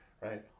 Right